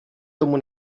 tomu